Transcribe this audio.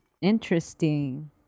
interesting